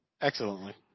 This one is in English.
Excellently